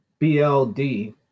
BLD